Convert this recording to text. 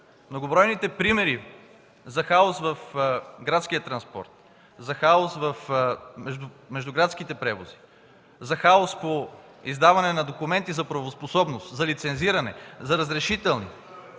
Многобройните примери за хаос в градския транспорт, за хаос в междуградските превози, за хаос при издаване на документи за правоспособност, за лицензиране, за разрешителни...